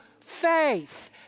faith